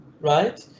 right